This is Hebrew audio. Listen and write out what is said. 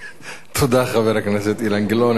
תודה, חבר הכנסת אילן גילאון.